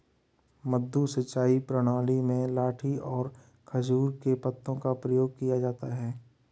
मद्दू सिंचाई प्रणाली में लाठी और खजूर के पत्तों का प्रयोग किया जाता है